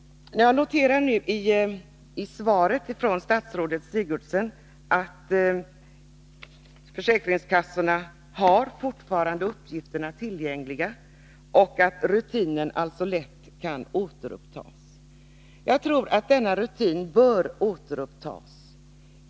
Jag noterar nu i svaret från statsrådet Sigurdsen att försäkringskassorna fortfarande har uppgifterna tillgängliga och att rutinen alltså lätt kan återupptas. Jag tror att denna rutin bör återupptas.